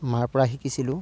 মাৰপৰা শিকিছিলোঁ